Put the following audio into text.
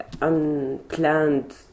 unplanned